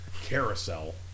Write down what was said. carousel